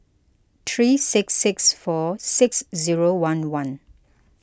three six six four six zero one one